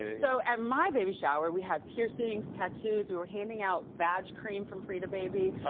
so, at my baby shower, we had piercings, tattoos. we were handing out vag cream from fridababy.